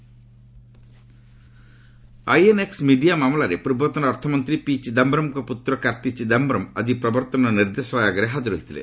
ED Karti INX media ମାମଲାରେ ପୂର୍ବତନ ଅର୍ଥମନ୍ତ୍ରୀ ପି ଚିଦାୟରମ୍ଙ୍କ ପୁତ୍ର କାର୍ତ୍ତି ଚିଦାୟରମ୍ ଆଜି ପ୍ରବର୍ତ୍ତନ ନିର୍ଦ୍ଦେଶାଳୟ ଆଗରେ ହାଜର ହୋଇଥିଲେ